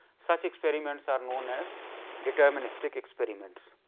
such experiments are known as deterministic experiments.